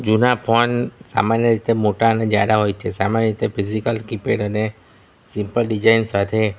જૂના ફોન સામાન્ય રીતે મોટા અને જાડા હોય છે સામાન્ય રીતે ફિઝિકલ કીપેડ અને સિમ્પલ ડિઝાઇન સાથે